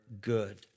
good